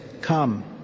Come